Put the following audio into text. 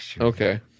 Okay